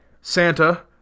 Santa